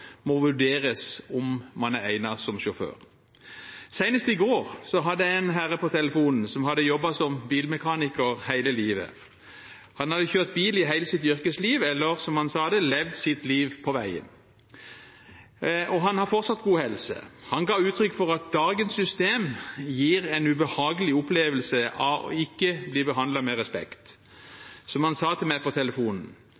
må vurderes om man er egnet som sjåfør. Senest i går hadde jeg en herre på telefonen som hadde jobbet som bilmekaniker hele livet. Han hadde kjørt bil i hele sitt yrkesliv eller, som han sa det, levd sitt liv på veien. Han har fortsatt god helse. Han ga uttrykk for at dagens system gir en ubehagelig opplevelse av ikke å bli behandlet med